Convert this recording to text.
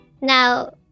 Now